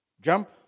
Jump